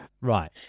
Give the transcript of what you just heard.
Right